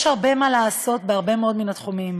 יש הרבה מה לעשות בהרבה מאוד מהתחומים.